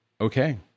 okay